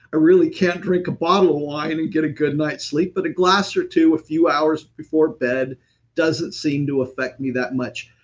i really can't drink a bottle of wine and get a good night's sleep, but a glass or two a few hours before bed doesn't seem to affect me that much.